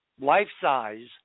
life-size